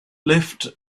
left